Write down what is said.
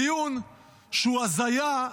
דיון שהוא הזיה.